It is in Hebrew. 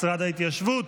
משרד ההתיישבות.